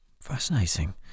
fascinating